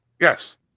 Yes